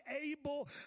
able